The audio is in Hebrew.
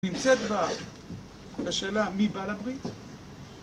נמצאת בשאלה מי בעל הברית?